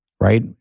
right